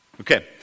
Okay